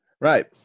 Right